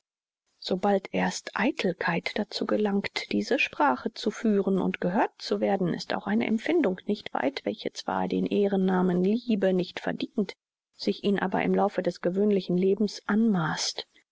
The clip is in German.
sobald erst eitelkeit dazu gelangt diese sprache zu führen und gehört zu werden ist auch eine empfindung nicht weit welche zwar den ehrennamen liebe nicht verdient sich ihn aber im laufe des gewöhnlichen lebens anmaßt